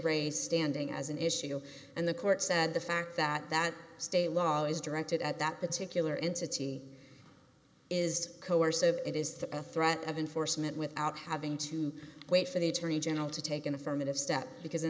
raise standing as an issue and the court said the fact that that state law is directed at that particular entity is coercive it is that a threat of enforcement without having to wait for the attorney general to take an affirmative step because in